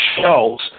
shells